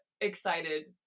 excited